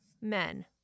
men